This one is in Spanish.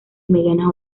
medianas